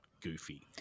goofy